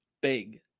big